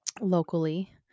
locally